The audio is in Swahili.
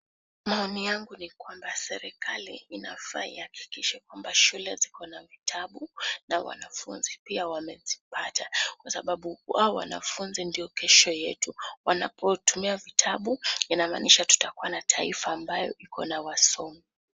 Maoni yangu ni kwamba serikali inafaa ihakikishe kwamba shule ziko na vitabu na wanafunzi pia wamezipata, kwa sababu hao wanafunzi ndio kesho yetu, wanapotumia vitabu inamaanisha tutakuwa na taifa ambayo iko na wasomi.